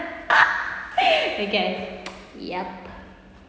okay yup